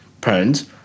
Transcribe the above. parents